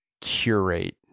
curate